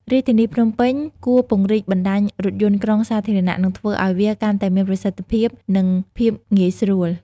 រាជធានីភ្នំពេញគួរពង្រីកបណ្តាញរថយន្តក្រុងសាធារណៈ និងធ្វើឱ្យវាកាន់តែមានប្រសិទ្ធភាព និងភាពងាយស្រួល។